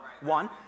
One